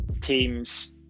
teams